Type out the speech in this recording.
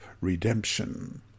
redemption